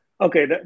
Okay